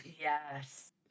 yes